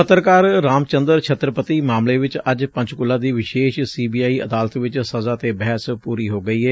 ਪੱਤਰਕਾਰ ਰਾਮਚੰਦਰ ਛੱਤਰਪਤੀ ਮਾਮਲੇ ਵਿਚ ਅੱਜ ਪੰਚਕੁਲਾ ਦੀ ਵਿਸ਼ੇਸ਼ ਸੀ ਬੀ ਅਈ ਅਦਾਲਤ ਵਿਚ ਸਜ਼ਾ ਤੇ ਬਹਿਸ ਪੂਰੀ ਹੋ ਗਈ ਏ